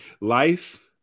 life